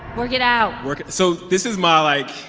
work it out. work it so this is my, like,